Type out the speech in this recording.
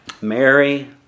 Mary